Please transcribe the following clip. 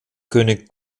könig